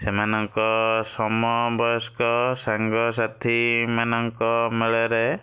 ସେମାନଙ୍କ ସମବୟସ୍କ ସାଙ୍ଗସାଥୀମାନଙ୍କ ମେଳରେ